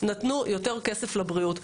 נתנו יותר כסף לבריאות,